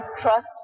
trust